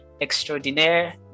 extraordinaire